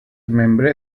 membre